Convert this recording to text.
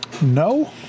No